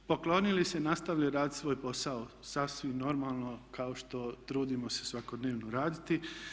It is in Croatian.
Mi smo poklonili se, nastavili raditi svoj posao sasvim normalno kao što trudimo se svakodnevno raditi.